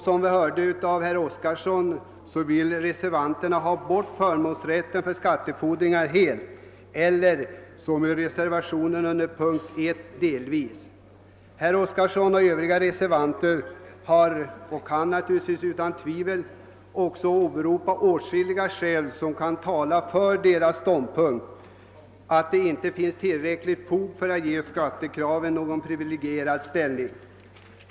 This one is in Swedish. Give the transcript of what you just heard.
Som vi hörde av herr Oskarson vill reservanterna ha bort förmånsrätten för skattefordringar helt eller — som i reservationen under punkt 1 — delvis. Herr Oskarson och övriga reservanter kan utan tvivel åberopa åtskilliga skäl som talar för deras ståndpunkt att det inte finns tillräckligt fog för alt ge skattekraven någon privilegierad ställning.